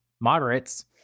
moderates